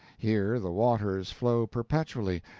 here the waters flow perpetually,